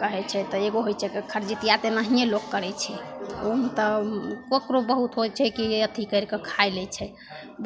कहै छै एगो होइ छै कहै छै खरजितिआ तऽ एनाहिए लोक करै छै ओहिमे तऽ ककरो बहुत होइ छै कि अथी करिके खा लै छै